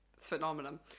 phenomenon